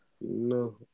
no